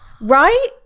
Right